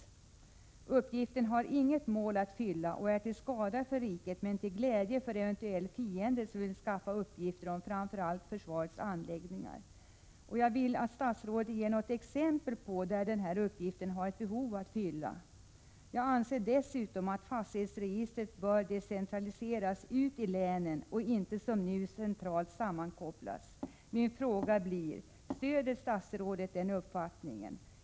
Dessa uppgifter har inget mål att fylla. De är till skada för riket men till glädje för eventuell fiende som vill skaffa uppgifter om framför allt försvarets anläggningar. Jag skulle vilja att statsrådet angav något exempel på att sådana här uppgifter har ett behov att fylla. Jag anser dessutom att fastighetsregistret bör decentraliseras till länen och inte, som nu sker, sammankopplas centralt. Min fråga blir: Stöder statsrådet den uppfattningen?